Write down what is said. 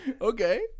Okay